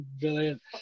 Brilliant